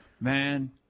Man